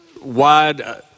wide